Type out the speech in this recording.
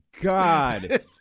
God